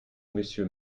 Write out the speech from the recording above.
monsieur